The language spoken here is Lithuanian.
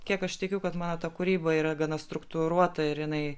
kiek aš tikiu kad mano ta kūryba yra gana struktūruota ir jinai